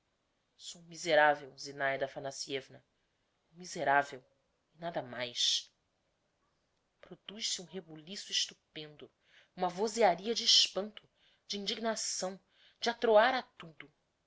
zinaida aphanassievna um miseravel e nada mais produz se um reboliço estupendo uma vozearia de espanto de indignação de atroar a tudo